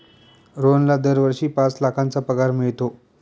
रोहनला दरवर्षी पाच लाखांचा पगार मिळतो